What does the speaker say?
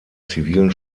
zivilen